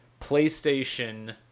PlayStation